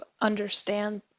understand